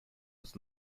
was